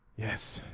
yes,